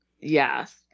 Yes